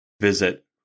Visit